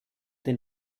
den